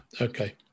okay